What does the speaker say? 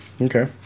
Okay